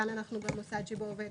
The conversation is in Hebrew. כאן כתוב: המוסד שבו עובד